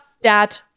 dad